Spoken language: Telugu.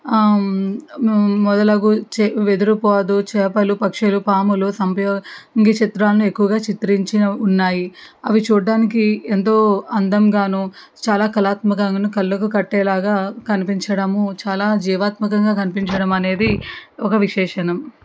మొదలగు చే వెదురుపాదు చేపలు పక్షులు పాములు సంపయోమ్గి చిత్రాన్ని ఎక్కువగా చిత్రించిన ఉన్నాయి అవి చూడడానికి ఎంతో అందంగానూ చాలా కళాత్మకంగాను కళ్ళకు కట్టే లాగా కనిపించడము చాలా జీవాత్మకంగా కనిపించడం అనేది ఒక విశేషణం